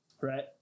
right